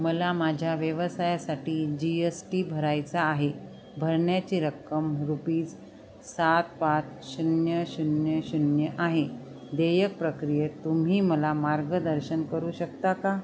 मला माझ्या व्यवसायासाठी जी यस टी भरायचा आहे भरण्याची रक्कम रुपीज् सात पाच शून्य शून्य शून्य आहे देयक प्रक्रियेत तुम्ही मला मार्गदर्शन करू शकता का